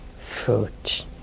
fruit